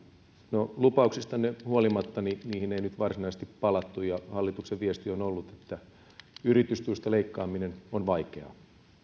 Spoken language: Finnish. no lupauksistanne huolimatta niihin ei nyt varsinaisesti palattu ja hallituksen viesti on ollut että yritystuista leikkaaminen on vaikeaa